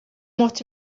what